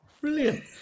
brilliant